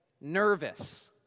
nervous